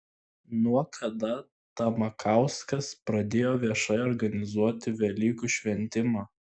nuo kada tamakauskas pradėjo viešai organizuoti velykų šventimą